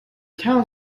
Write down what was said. town